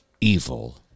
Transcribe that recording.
Evil